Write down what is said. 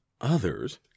others